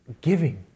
giving